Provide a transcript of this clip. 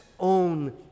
own